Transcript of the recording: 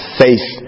faith